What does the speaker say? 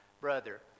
brother